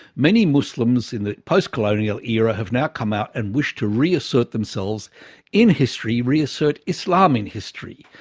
many muslims in the post-colonial era have now come out and wish to reassert themselves in history, reassert islam in history.